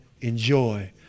enjoy